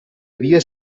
havia